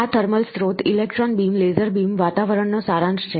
આ થર્મલ સ્રોત electron beam laser beam વાતાવરણ નો સારાંશ છે